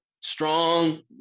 Strong